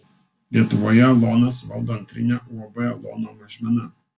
lietuvoje lonas valdo antrinę uab lono mažmena